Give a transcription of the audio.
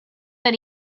that